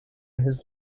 his